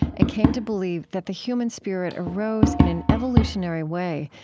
and came to believe that the human spirit arose in an evolutionary way,